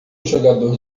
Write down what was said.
jogador